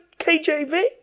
KJV